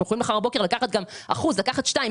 כך שמחר בבוקר אתם יכולים לקחת גם אחוז או שני אחוזים.